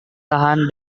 tahan